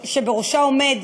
שבראשה עומד